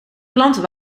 planten